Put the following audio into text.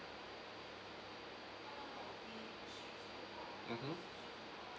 mmhmm